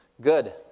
good